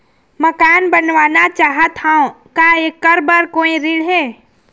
मकान बनवाना चाहत हाव, का ऐकर बर कोई ऋण हे?